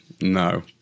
No